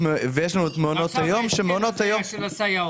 את מעונות היום שמעונות היום --- ועכשיו להסכם של הסייעות.